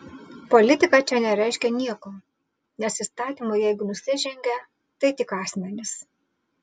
politika čia nereiškia nieko nes įstatymui jeigu nusižengė tai tik asmenys